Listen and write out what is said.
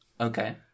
Okay